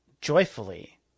joyfully